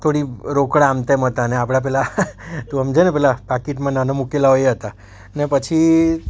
થોડી રોકડ આમ તેમ હતા ને આપણાં પેલાં તું સમજ્યો ને પેલા આ પાકીટમાં પેલા નાનાં મૂકેલાં હોય એ હતા અને પછી